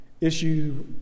issue